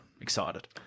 Excited